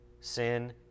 Sin